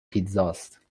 پیتزاست